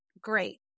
great